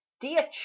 dear